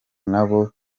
nabo